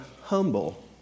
humble